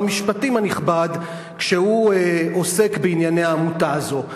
המשפטים הנכבד כשהוא עוסק בענייני העמותה הזו?